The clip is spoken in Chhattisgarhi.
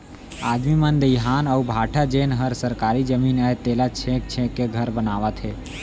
आदमी मन दइहान अउ भाठा जेन हर सरकारी जमीन अय तेला छेंक छेंक के घर बनावत हें